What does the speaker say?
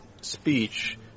speech